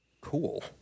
Cool